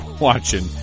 watching